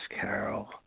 Carol